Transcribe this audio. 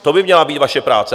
To by měla být vaše práce.